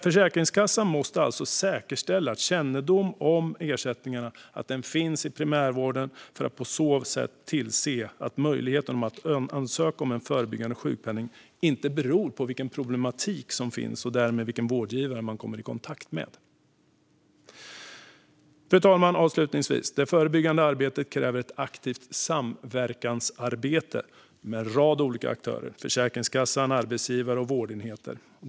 Försäkringskassan måste alltså säkerställa att kännedomen om ersättningarna finns i primärvården för att på så sätt tillse att möjligheten att ansöka om förebyggande sjukpenning inte beror på vilken problematik som finns och därmed vilken vårdgivare man kommer i kontakt med. Fru talman! Det förebyggande arbetet kräver ett aktivt samverkansarbete med en rad olika aktörer: Försäkringskassan, arbetsgivare och vårdenheter.